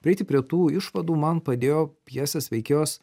prieiti prie tų išvadų man padėjo pjesės veikėjos